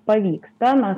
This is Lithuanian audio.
pavyksta mes